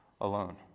alone